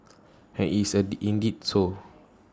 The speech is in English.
and it's A indeed so